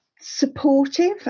supportive